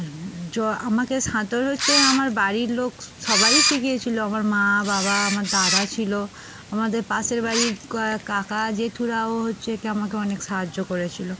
আর আমাদের সাঁতার হচ্ছে আমার বাড়ির লোক সবাই শিখিয়েছিলো আমার মা বাবা আমার দাদা ছিল আমাদের পাশের বাড়ির কাকা জেঠুরাও হচ্ছে এ গিয়ে আমাকে অনেক সাহায্য করেছিলো